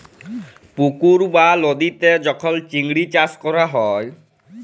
পুকুর বা লদীতে যখল চিংড়ি চাষ ক্যরা হ্যয়